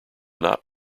not